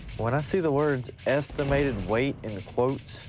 when i see the words estimated weight in quotes.